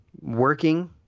working